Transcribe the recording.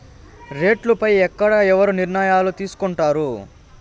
రేట్లు పై ఎక్కడ ఎవరు నిర్ణయాలు తీసుకొంటారు?